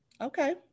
Okay